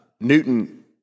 Newton